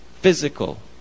physical